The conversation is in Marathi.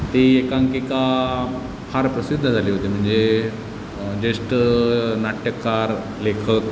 ती एकांकिका फार प्रसिद्ध झाली होती म्हणजे ज्येष्ठ नाटककार लेखक